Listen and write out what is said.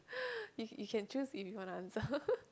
you you can choose if you wanna answer